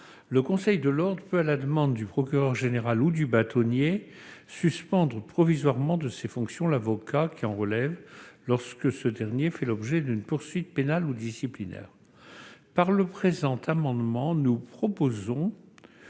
le conseil de l'ordre peut, à la demande du procureur général ou du bâtonnier, suspendre provisoirement de ses fonctions l'avocat qui en relève lorsque ce dernier fait l'objet d'une poursuite pénale ou disciplinaire. Par le présent amendement, nous souhaitons